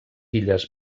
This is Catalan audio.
illes